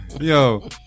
Yo